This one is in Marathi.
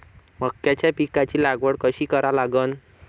मक्याच्या पिकाची लागवड कशी करा लागन?